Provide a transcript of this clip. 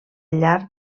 llarg